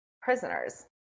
prisoners